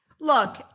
Look